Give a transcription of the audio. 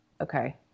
Okay